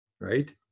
right